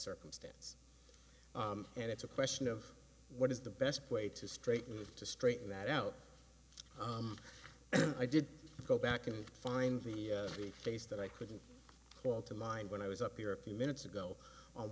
circumstance and it's a question of what is the best way to straighten to straighten that out i did go back and find a face that i couldn't call to mind when i was up here a few minutes ago on